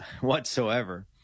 whatsoever